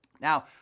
Now